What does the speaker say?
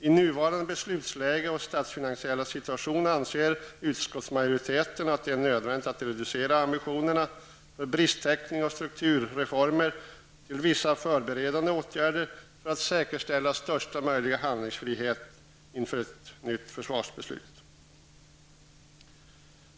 I nuvarande beslutsläge och statsfinansiella situation anser utskottsmajoriteten att det är nödvändigt att reducera ambitionerna för bristtäckning och strukturreformer till vissa förberedande åtgärder för att säkerställa största möjliga handlingsfrihet inför ett nytt försvarsbeslut.